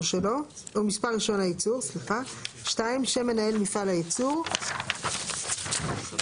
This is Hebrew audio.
אישור עמידה בתנאי ייצור נאותים,